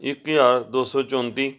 ਇੱਕ ਹਜ਼ਾਰ ਦੋ ਸੌ ਚੌਂਤੀ